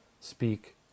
speak